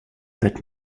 that